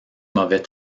mauvais